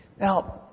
Now